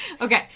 Okay